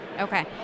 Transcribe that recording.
Okay